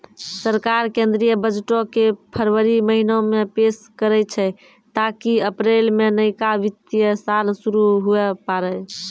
सरकार केंद्रीय बजटो के फरवरी महीना मे पेश करै छै ताकि अप्रैल मे नयका वित्तीय साल शुरू हुये पाड़ै